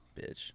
Bitch